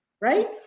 Right